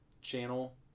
channel